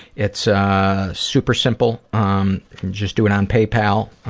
it's super simple. um just do it on paypal.